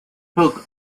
coke